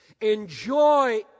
enjoy